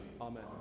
Amen